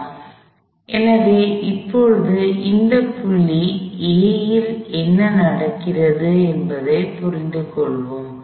அதனால் எனவே இப்போது இந்த புள்ளி A இல் என்ன நடக்கிறது என்பதைப் புரிந்துகொள்வோம்